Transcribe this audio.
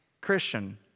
Christian